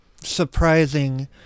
surprising